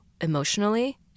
emotionally